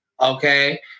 Okay